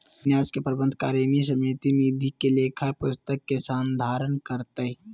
न्यास के प्रबंधकारिणी समिति निधि के लेखा पुस्तिक के संधारण करतय